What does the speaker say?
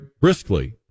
briskly